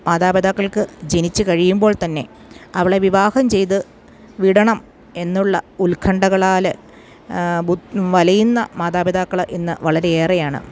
മാതാപിതാക്കൾക്ക് ജനിച്ച് കഴിയുമ്പോൾ തന്നെ അവളെ വിവാഹം ചെയ്ത് വിടണം എന്നുള്ള ഉൽക്കണ്ഠകളാൽ വലയുന്ന മാതാപിതാക്കൾ എന്ന് വളരെയേറെയാണ്